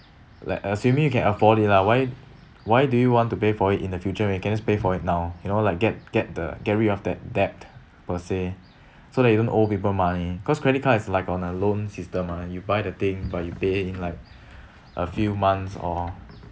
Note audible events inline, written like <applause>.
like assuming you can afford it lah why why do you want to pay for it in the future when you can just pay for it now you know like get get the get rid of that debt per se <breath> so that you don't owe people money cause credit card is like on a loan system mah you buy the thing but you pay in like <breath> a few months or